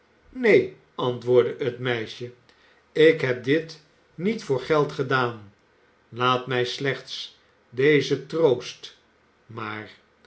neen antwoordde het meisje ik heb dit niet voor geld gedaan laat mij slechts dezen troost maar